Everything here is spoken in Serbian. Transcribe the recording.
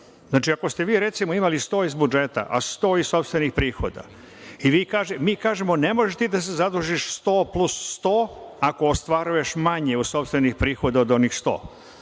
Znači, ako ste vi, recimo, imali 100 iz budžeta, a 100 iz sopstvenih prihoda i mi kažemo – ne možeš ti da se zadužiš 100 plus 100 ako ostvaruješ manje od sopstvenih prihoda od onih 100,